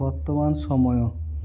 ବର୍ତ୍ତମାନ ସମୟ